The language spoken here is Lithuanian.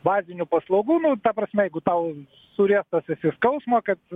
bazinių paslaugų nu ta prasme jeigu tau suriestas esi iš skausmo kad